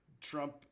Trump